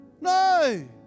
No